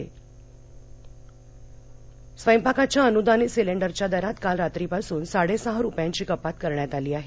cylinder स्वयंपाकाच्या अनुदानित सिलेंडरच्या दरात काल रात्रीपासून साडे सहा रुपयांची कपात करण्यात आली आहे